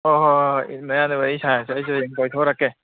ꯍꯣꯏ ꯍꯣꯏ ꯍꯣꯏ ꯏꯠ ꯃꯌꯥꯗ ꯋꯥꯔꯤ ꯁꯥꯔꯁꯦ ꯑꯩꯁꯨ ꯍꯌꯦꯡ ꯀꯣꯏꯊꯣꯔꯛꯀꯦ